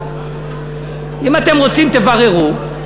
ואם אתם רוצים תבררו,